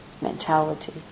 mentality